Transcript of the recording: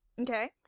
Okay